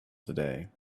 today